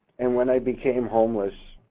and when i became homeless,